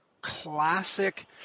classic